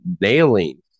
nailing